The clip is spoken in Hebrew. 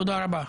תודה רבה.